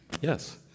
Yes